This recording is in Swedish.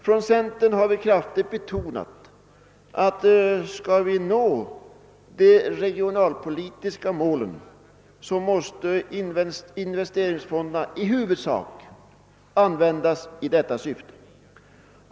Från centerns sida har vi kraftigt betonat att skall de regionalpolitiska målen nås, så måste investeringsfonderna i huvudsak användas i detta syfte.